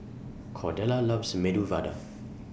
Cordella loves Medu Vada